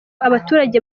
abaturage